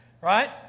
Right